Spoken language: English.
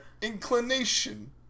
Inclination